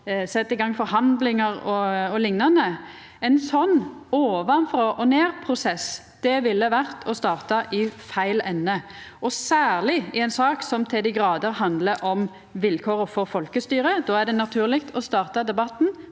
set i gang forhandlingar o.l. Ein sånn ovanfrå og nedprosess ville ha vore å starta i feil ende, og særleg i ei sak som til dei grader handlar om vilkåra for folkestyret. Då er det naturleg å starta debatten